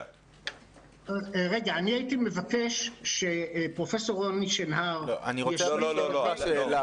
אני הייתי מבקש שפרופ' רועי שנהר ישלים לגבי הפולשנות